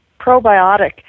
probiotic